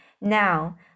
now